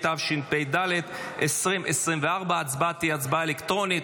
התשפ"ד 2024. הצבעה תהיה הצבעה אלקטרונית.